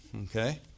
Okay